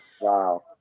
Wow